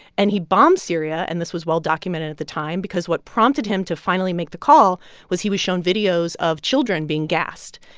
and he bombed syria and this was well-documented at the time because what prompted him to finally make the call was he was shown videos of children being gassed.